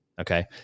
Okay